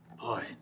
Boy